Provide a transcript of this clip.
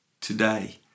today